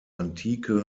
antike